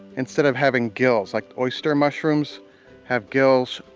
instead of having gills, like oyster mushrooms have gills,